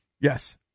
Yes